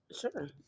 sure